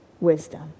wisdom